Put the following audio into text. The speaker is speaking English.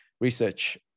research